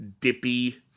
dippy